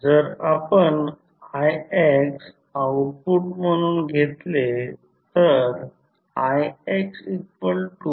जर आपण ix output म्हणून घेतले तर ixvR